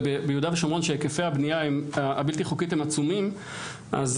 וביהודה ושומרון שהיקפי הבנייה הבלתי חוקית הם עצומים אז